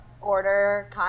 order